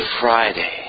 Friday